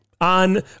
on